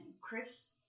Chris